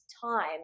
time